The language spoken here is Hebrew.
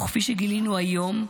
וכפי שגילינו היום,